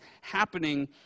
happening